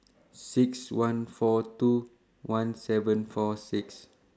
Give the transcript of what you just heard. six one four two one seven four six